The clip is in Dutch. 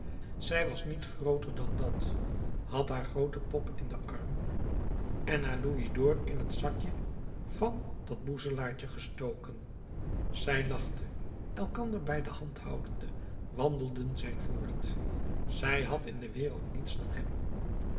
zij was niet grooter dan dat had haar groote pop in den arm en haar louisd'or in het zakje van dat boezelaartje gestoken zij lachte elkander bij de hand houdende wandelden zij voort zij had in de wereld niets dan hem